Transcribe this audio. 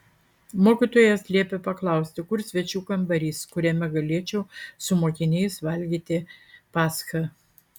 mokytojas liepė paklausti kur svečių kambarys kuriame galėčiau su mokiniais valgyti paschą